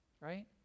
right